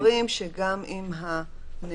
הם אומרים שגם אם הנהנה